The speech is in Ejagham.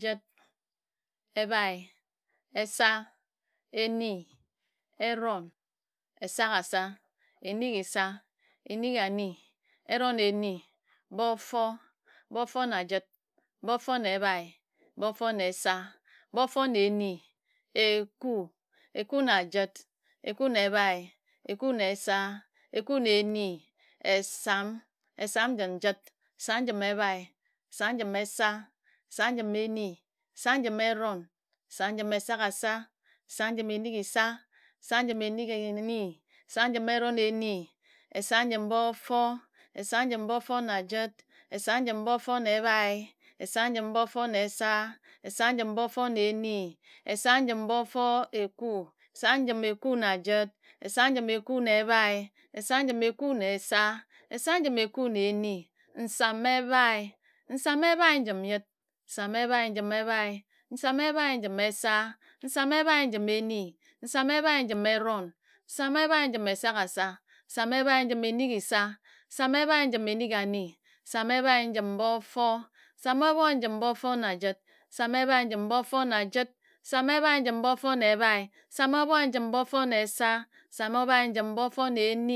Jət ebhae esa eni eron esaghasa enighisa enighani eron eni bofo bofona jət bofo na ebhae bofo na esa bofone enieku cku na jət eku na ebhae eku na ene esam esam ɱəm jət esam njime bhae esam njim esa. Esam njim eni. Esam njim eron esam njim esaghasa esam njim enighisa esam njim enighani. Esam njim eroneni nsam ebhae. Nsam ebhae njim jət. Nsam ebhae njim ebhe nsam ebhae njim esa. Nsam ebhae njim eni. Nsam ebhae njim enom nsam ebhae njim esaghasa nsam ebhae njim bofo eku esam nji eku na jət esam ebhae njim eku ebhae. Esam ebhae njim eku na esa esam ebhae njim eku eni nsam ebhae njim bofo nsam ebhae njim bofo na jət. Nsam ebhae njim bofo na ebhae nsam ebhae njim bofo na esa. Nsam ebhae njim bofo na eron